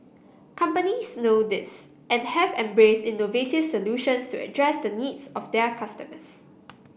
companies know this and have embraced innovative solutions to address the needs of their customers